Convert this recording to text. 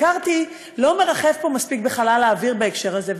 מקארתי לא מרחף פה מספיק בחלל האוויר בהקשר הזה,